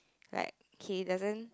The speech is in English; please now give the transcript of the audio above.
like K doesn't